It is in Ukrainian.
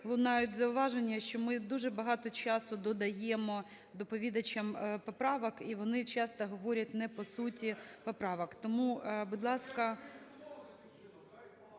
лунають зауваження, що ми дуже багато часу додаємо доповідачам поправок, і вони часто говорять не по суті поправок. Тому, будь ласка…